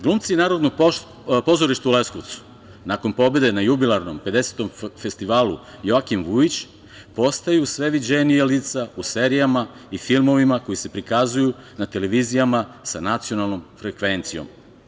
Glumci Narodnog pozorišta u Leskovcu, nakon pobede na jubilarnom 50. festivalu "Joakim Vujić", postaju sve viđenija lica u serijama i filmovima koji se prikazuju na televizijama sa nacionalnom frekvencijom.